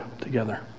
together